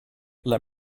let